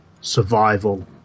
survival